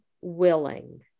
willing